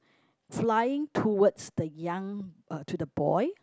flying towards the young uh to the boy